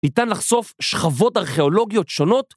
ניתן לחשוף שכבות ארכיאולוגיות שונות